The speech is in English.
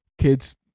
kids